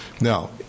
Now